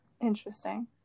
Interesting